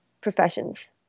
professions